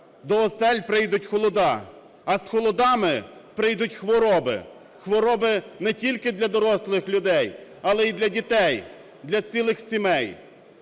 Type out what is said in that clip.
до осель прийдуть холоди, а з холодами прийдуть хвороби. Хвороби не тільки для дорослих людей, але і для дітей, для цілих сімей.